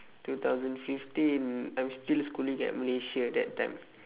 two thousand fifteen I'm still schooling at malaysia that time